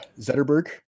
Zetterberg